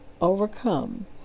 overcome